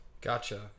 Gotcha